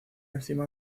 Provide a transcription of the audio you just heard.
encima